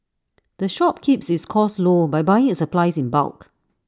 the shop keeps its costs low by buying its supplies in bulk